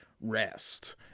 rest